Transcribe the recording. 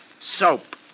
Soap